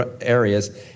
areas